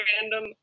random